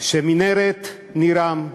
שמנהרת ניר-עם,